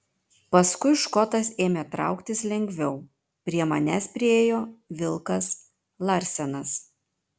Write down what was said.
paskui škotas ėmė trauktis lengviau prie manęs priėjo vilkas larsenas